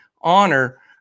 honor